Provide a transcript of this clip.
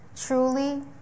truly